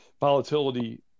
volatility